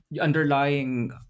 underlying